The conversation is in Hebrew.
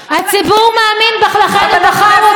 הציבור מאמין בך, לכן הוא בחר אותך.